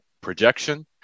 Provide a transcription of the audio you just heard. projection